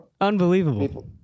Unbelievable